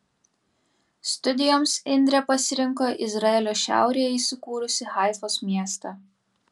studijoms indrė pasirinko izraelio šiaurėje įsikūrusį haifos miestą